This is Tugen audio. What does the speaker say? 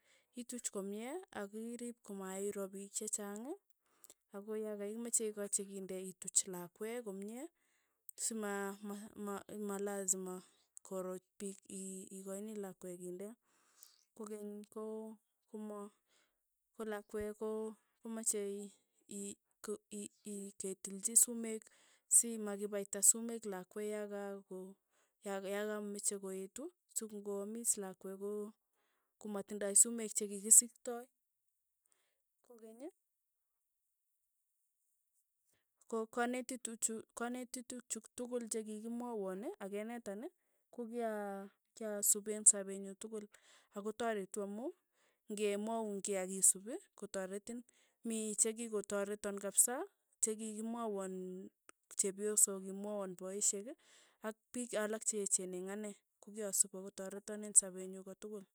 Ituch komie, ak irip komairo piik che chang, akoi akai ya imache ikachi kinde ituch lakwe komie si ma- ma- maliza koro piik i- i- ikachini lakwe kinde, ko keny ko koma ko lakwe ko machei ii ko ii- ii ketelchi sumek si makipaita sumek lakwe yakako yakameche koeetu sikong'oamis lakwet ko- komatindai sumek che ki kisiktoi, ko keny, ko kanetitu chu kanenituk chuk tukul chikikimwaywani akenetan kokyakyasup eng' sapet nyu tukul, ako taretu amu ng'emwaun kei akisup, kotaretin, mi chekikotareton kapsa chekikimwaywan chepyosok kimwaywan paishek ak oiik alak che echen ing ane ako kyasup ako tareton eng' sapet nyu ko tukul.